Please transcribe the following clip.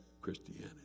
Christianity